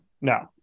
no